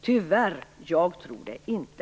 Tyvärr - jag tror det inte.